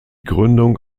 gründung